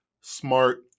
smart